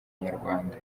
nyarwanda